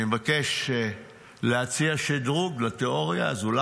אני מבקש להציע שדרוג לתיאוריה הזו.